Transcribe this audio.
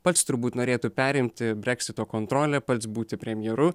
pats turbūt norėtų perimti breksito kontrolę pats būti premjeru